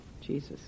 Jesus